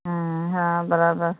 हाँ बराबर